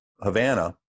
Havana